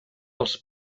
als